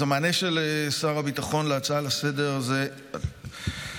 אז המענה של שר הביטחון על ההצעה לסדר-היום הוא כך: